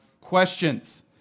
questions